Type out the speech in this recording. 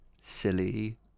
Silly